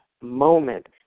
moment